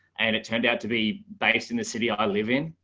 and it turned out to be based in the city i live in.